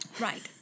Right